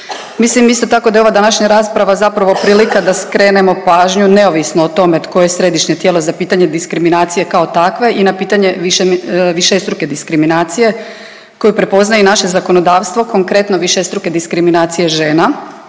Mislim isto tako da je ova današnja rasprava zapravo prilika da skrenemo pažnju neovisno o tome tko je središnje tijelo za pitanje diskriminacije kao takve i na pitanje višestruke diskriminacije koju prepoznaje i naše zakonodavstvo konkretno višestruke diskriminacije žena,